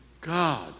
God